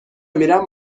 میرم